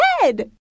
head